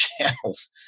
channels